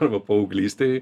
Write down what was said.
arba paauglystėj